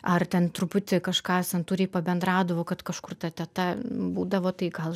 ar ten truputį kažką santūriai pabendraudavo kad kažkur ta teta būdavo tai gal